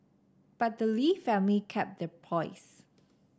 but the Lee family kept their poise